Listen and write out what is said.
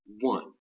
one